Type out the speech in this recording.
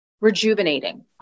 rejuvenating